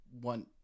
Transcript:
one